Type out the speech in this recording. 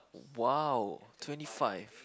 !wow! twenty five